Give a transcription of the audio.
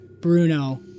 Bruno